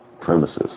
premises